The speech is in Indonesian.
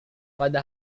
pada